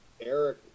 Eric